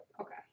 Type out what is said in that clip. Okay